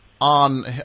on